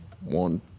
one